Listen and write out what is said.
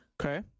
Okay